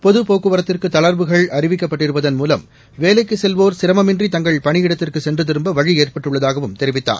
பொதுப்போக்குவரத்திற்கு தளர்வுகள் அறிவிக்கப்பட்டிருப்பதன் மூலம் வேலைக்குச் செல்வோர் சிரமமின்றி தங்கள் பணியிடத்திற்கு சென்று திரும்ப வழியேற்பட்டுள்ளதாகவும் தெரிவித்தார்